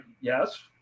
yes